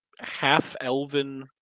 half-elven